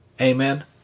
Amen